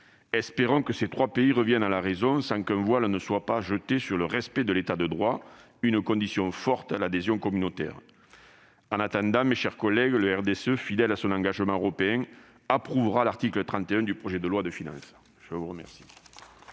Espérons que ces trois pays reviennent à la raison et qu'un voile ne soit pas jeté sur le respect de l'État de droit, condition forte à l'adhésion communautaire. En attendant, le RDSE, fidèle à son engagement européen, approuvera l'article 31 du projet de loi de finances. La parole